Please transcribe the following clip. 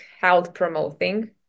health-promoting